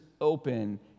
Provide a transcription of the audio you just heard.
open